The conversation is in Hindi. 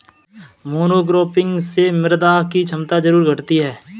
मोनोक्रॉपिंग से मृदा की क्षमता जरूर घटती है